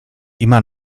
immer